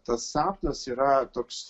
tas sapnas yra toks